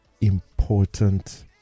important